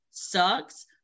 sucks